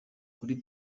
kuri